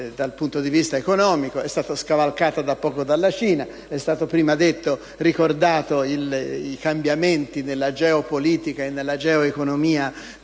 dal punto di vista economico (è stato scavalcato da poco tempo dalla Cina). Sono stati poc'anzi rammentati i cambiamenti nella geopolitica e nella geoeconomia